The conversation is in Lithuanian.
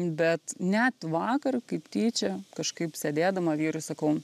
bet net vakar kaip tyčia kažkaip sėdėdama vyrui sakau